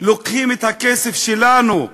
לוקחים את הכסף שלנו,